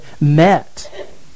met